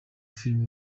film